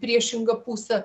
priešingą pusę